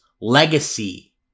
legacy